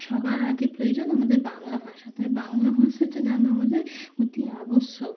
সবার আগে প্রয়োজন আমাদের বাংলা ভাষা তাই বাংলা ভাষাটা যেন আমাদের অতি আবশ্যক